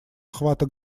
охвата